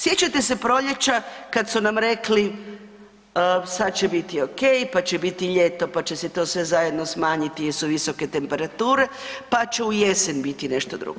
Sjećate se proljeća kad su nam rekli, sad će biti okej, pa će biti ljeto, pa će se to sve zajedno smanjiti jer su visoke temperature, pa će u jesen biti nešto drugo.